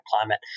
climate